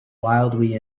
wildly